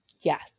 Yes